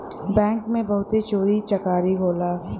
bank में बहुते चोरी चकारी होला